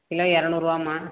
kilo இரநூறுவாம்மா